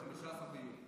בדקתי, זה 15 ביוני.